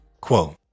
Quote